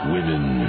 Women